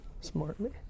smartly